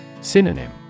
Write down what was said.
Synonym